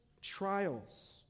trials